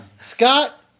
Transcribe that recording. Scott